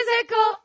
Physical